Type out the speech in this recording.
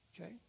okay